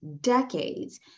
decades